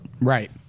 Right